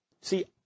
See